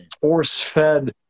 force-fed